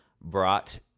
brought